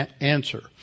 answer